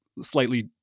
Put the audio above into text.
slightly